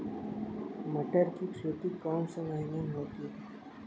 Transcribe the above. मटर की खेती कौन से महीने में होती है?